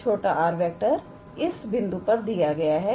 𝑟⃗ इस बिंदु पर दिया गया है